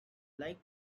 like